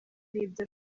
n’ibyo